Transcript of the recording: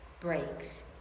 breaks